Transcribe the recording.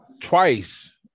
twice